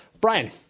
Brian